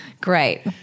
great